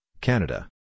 Canada